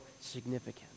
significant